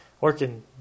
working